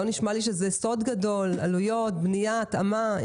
לא נשמע לי שזה סוד גדול, עלויות בנייה והתאמה.